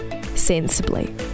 sensibly